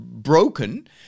broken